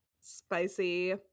spicy